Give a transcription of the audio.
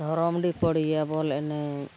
ᱫᱷᱚᱨᱚᱢᱰᱤ ᱯᱚᱨᱤᱭᱟ ᱵᱚᱞ ᱮᱱᱮᱡ